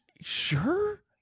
Sure